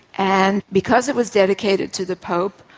and because it was dedicated to the pope,